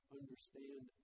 understand